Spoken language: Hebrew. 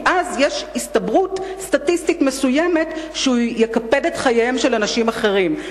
כי אז יש הסתברות סטטיסטית מסוימת שהוא יקפד את חייהם של אנשים אחרים.